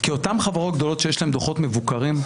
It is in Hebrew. כי אותן חברות גדולות שיש להן דו"חות מבוקרים,